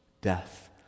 Death